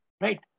right